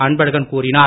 அன்பழகன் கூறினார்